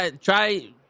try